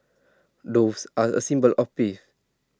doves are A symbol of peace